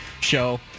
Show